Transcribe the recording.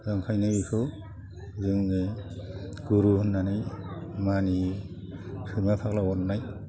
दा ओंखाइनो बेखौ जोङो गुरु होन्नानै मानियो सैमा फाग्ला अरनाय